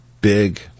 big